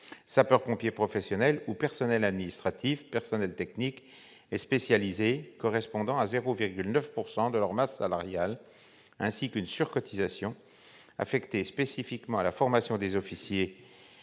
sapeurs-pompiers professionnels ou personnels administratifs techniques et spécialisés, correspondant à 0,9 % de leur masse salariale, ainsi qu'une sur-cotisation affectée spécifiquement à la formation des officiers